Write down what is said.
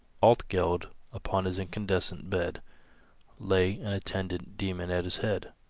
altgeld upon his incandescent bed lay, an attendant demon at his head.